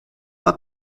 pas